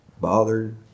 bothered